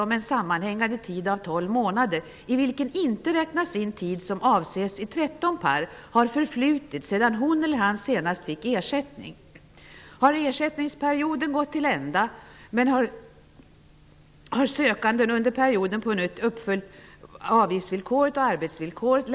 Som redan sagts ansluter jag mig till regeringsförslagets bakomliggande ambition att skapa en arbetslöshetsförsäkring som omfattar med en stark anknytning till arbetsmarknaden.